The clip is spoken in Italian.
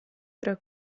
tra